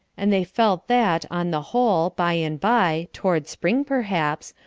and they felt that, on the whole, by and by, toward spring, perhaps,